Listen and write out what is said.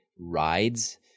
rides